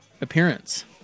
appearance